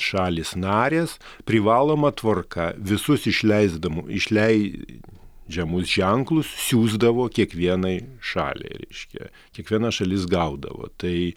šalys narės privaloma tvarka visus išleisdamo išleidžiamus ženklus siųsdavo kiekvienai šaliai reiškia kiekviena šalis gaudavo tai